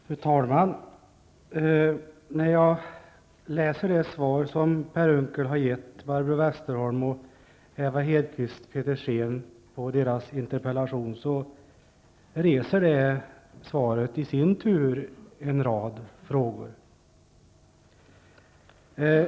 Fru talman! När jag läser det svar som Per Unckel har gett Barbro Westerholm och Ewa Hedkvist Petersen på deras interpellationer, finner jag att svaret i sin tur reser en rad frågor.